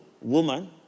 woman